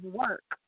work